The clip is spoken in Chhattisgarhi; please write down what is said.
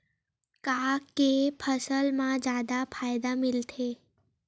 का के फसल मा जादा फ़ायदा मिलथे?